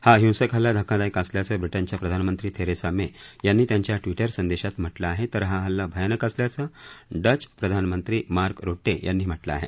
हा हिंसक हल्ला धक्कादायक असल्याचं ब्रिटनच्या प्रधानमंत्री थेरेसा मे यांनी त्यांच्या ट्विटर संदेशात म्हटलं आहे तर हा हल्ला भयानक असल्याचं डच प्रधानमंत्री मार्क रुट्टे यांनी म्हटलं आहे